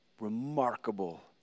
Remarkable